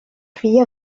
filla